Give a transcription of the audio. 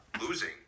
losing